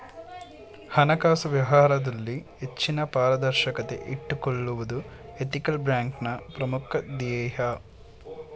ಹಣಕಾಸು ವ್ಯವಹಾರದಲ್ಲಿ ಹೆಚ್ಚಿನ ಪಾರದರ್ಶಕತೆ ಇಟ್ಟುಕೊಳ್ಳುವುದು ಎಥಿಕಲ್ ಬ್ಯಾಂಕ್ನ ಪ್ರಮುಖ ಧ್ಯೇಯ